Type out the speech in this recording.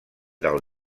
del